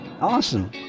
awesome